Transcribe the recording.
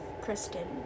Kristen